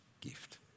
gift